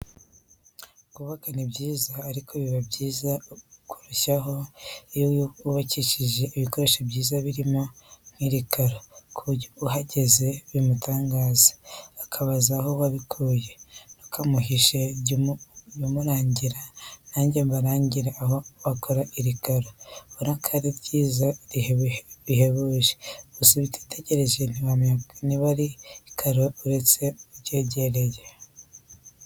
Kubaka ni byiza ariko biba byiza kurushaho iyo wubakishije ibikoresho byiza birimo n'iri karo, ku buryo uhageze bimutangaza, akabaza aho wabikuye. Ntukamuhishe jya umurangira. Nanjye mbarangiye aho bakora iri karo, urabona ko arir yiza bihebuje. Gusa utitegereje ntiwamenya niba ari ikaro uretse uryegereye.